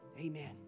amen